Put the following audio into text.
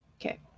Okay